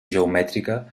geomètrica